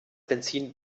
benzin